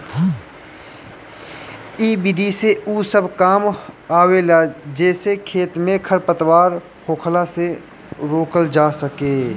इ विधि में उ सब काम आवेला जेसे खेत में खरपतवार होखला से रोकल जा सके